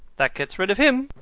that gets rid of him.